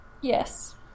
Yes